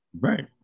right